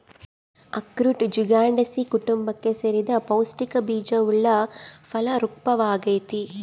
ಅಖ್ರೋಟ ಜ್ಯುಗ್ಲಂಡೇಸೀ ಕುಟುಂಬಕ್ಕೆ ಸೇರಿದ ಪೌಷ್ಟಿಕ ಬೀಜವುಳ್ಳ ಫಲ ವೃಕ್ಪವಾಗೈತಿ